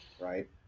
right